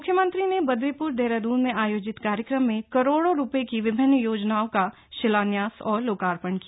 मुख्यमंत्री ने बद्रीपुर देहरादून में आयोजित कार्यक्रम में करोड़ों रुपये की विभिन्न योजनाओं का शिलान्यास और लोकार्पण किया